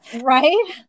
Right